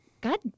God